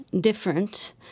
different